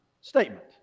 statement